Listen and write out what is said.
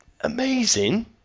amazing